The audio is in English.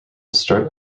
start